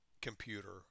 computer